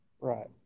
Right